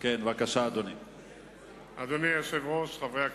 אדוני היושב-ראש, חברי הכנסת,